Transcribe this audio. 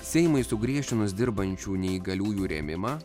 seimui sugriežtinus dirbančių neįgaliųjų rėmimą